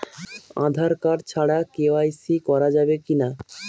Aadhaar card ছাড়া KYC করা যাবে কি না?